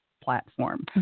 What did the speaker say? platform